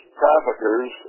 traffickers